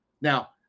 Now